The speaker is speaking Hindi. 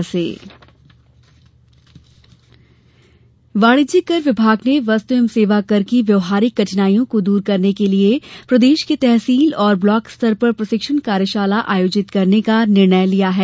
जीएसटी वाणिज्यिक कर विभाग ने वस्तु एवं सेवा कर की व्यावहारिक कठिनाईयों को दूर करने के लिय प्रदेश के तहसील और ब्लॉक स्तर पर प्रशिक्षण कार्यशाला आयोजित करने का निर्णय लिया है